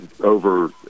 over